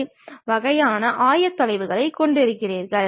இந்த வகையான சிக்கல்கள் சித்திர வரைபடத்தில் வருகிறது